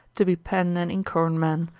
to be pen and inkhorn men,